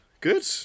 Good